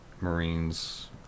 marines